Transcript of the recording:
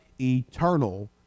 eternal